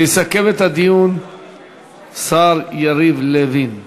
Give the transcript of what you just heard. יסכם את הדיון השר יריב לוין.